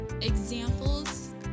examples